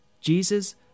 Jesus